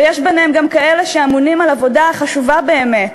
ויש ביניהם גם כאלה שאמונים על עבודה חשובה באמת,